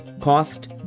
cost